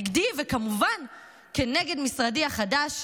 נגדי וכמובן כנגד משרדי החדש,